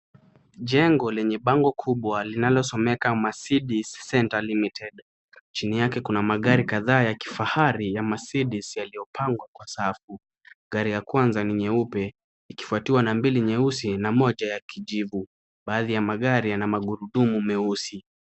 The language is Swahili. Jengo lenye bango kubwa linalosomeka Mercedes Center Limited. Chini yake kuna magari kadhaa ya kifahari ya Mercedes yaliyopangwa kwa safu. Gari ya kwanza ni nyeupe, ikifuatiwa na mbili nyeusi na moja ya kijivu. Baadhi ya magari yana magurudumu meusi.